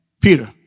Peter